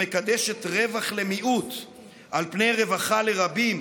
המקדשת רווח למיעוט על פני רווחה לרבים